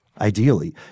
ideally